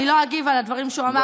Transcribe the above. אני לא אגיב על הדברים שהוא אמר,